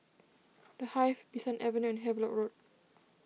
the Hive Bee San Avenue and Havelock Road